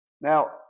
Now